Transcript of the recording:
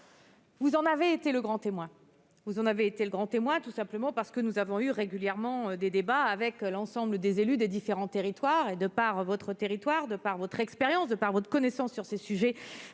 est bien mis en oeuvre. Vous en avez été le grand témoin, tout simplement parce que nous avons régulièrement eu des débats avec l'ensemble des élus des différents territoires concernés. De par votre territoire, de par votre expérience et de par votre connaissance de ces sujets,